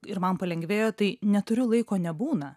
ir man palengvėjo tai neturiu laiko nebūna